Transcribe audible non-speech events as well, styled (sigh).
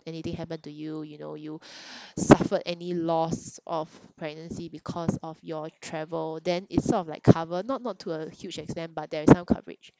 anything happen to you you know you (breath) suffered any loss of pregnancy because of your travel then it sort of like cover not not to a huge extent but there is some coverage